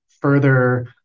further